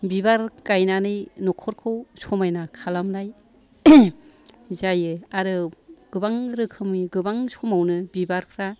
बिबार गायनानै न'खरखौ समायना खालामनाय जायो आरो गोबां रोखोमनि गोबां समावनो बिबारफ्रा